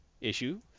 issue